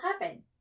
happen